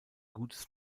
gutes